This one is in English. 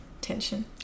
tension